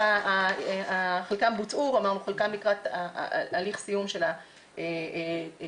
חלקם בוצעו וחלקם לקראת הליך סיום של התיקון.